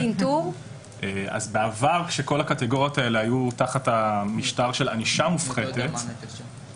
כאשר כל הקטגוריות האלה היו תחת המשטר של ענישה מופחתת,